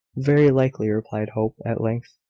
very likely, replied hope, at length.